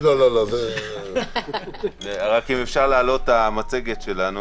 אם אפשר בבקשה להעלות את המצגת שלנו.